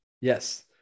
Yes